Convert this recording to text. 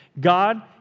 God